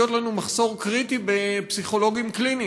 לנו מחסור קריטי בפסיכולוגים קליניים.